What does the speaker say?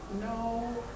No